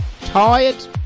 tired